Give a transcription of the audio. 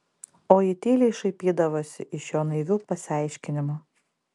o ji tyliai šaipydavosi iš jo naivių pasiaiškinimų